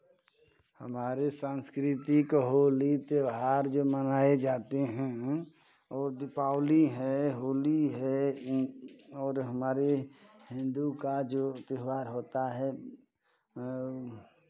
हमारे सांस्कृतिक होली त्योहार जो मनाए जाते हैं और दीपावली है होली है और हमारे हिन्दू का जो त्योहार होता है